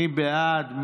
מי בעד?